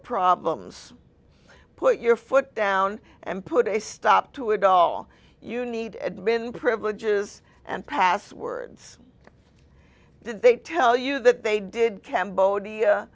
problems put your foot down and put a stop to it all you need admin privileges and passwords did they tell you that they did cambodia